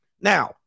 Now